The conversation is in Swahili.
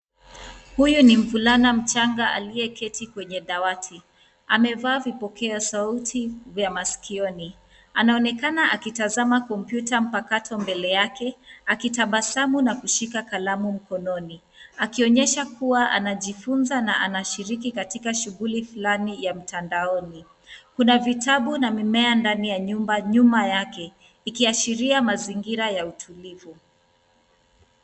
Huyu ni mvulana mchanga aliyeketi kwenye dawati. Amevaa vipokea sauti vya masikioni. Anaonekana akitazama kompyuta mpakato mbele yake akitabasamu na kushika kalamu mkononi, akionyesha kuwa anajifunza na anashiriki katika shughuli fulani ya mtandaoni. Kuna vitabu na mimea ndani ya nyumba nyuma yake ikiashiria mazingira ya utulivu.